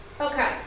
Okay